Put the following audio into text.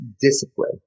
discipline